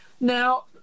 Now